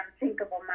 Unthinkable